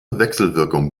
wechselwirkung